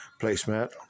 placemat